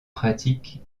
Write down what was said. pratique